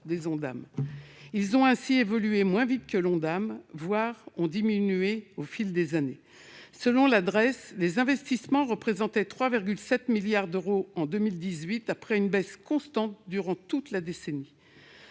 après année. Ils ont ainsi évolué moins vite que celui-ci, voire ont diminué. Selon la Drees, ces investissements représentaient 3,7 milliards d'euros en 2018, après une baisse constante durant toute la décennie.